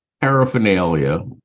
paraphernalia